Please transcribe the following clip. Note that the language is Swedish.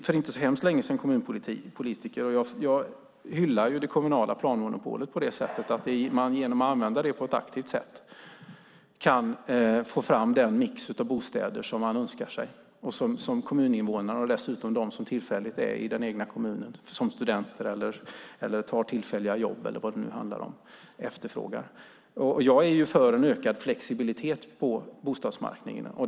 För inte så hemskt länge sedan var jag kommunpolitiker, och jag hyllar det kommunala planmonopolet på det sättet att man genom att använda det på ett aktivt sätt kan få fram den mix av bostäder som man önskar sig och som kommuninvånarna eller de som tillfälligt vistas i kommunen - om de är studenter eller tar tillfälliga jobb - efterfrågar. Jag är för en ökad flexibilitet på bostadsmarknaden.